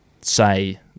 say